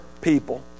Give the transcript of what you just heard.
people